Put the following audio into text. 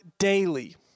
Daily